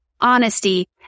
honesty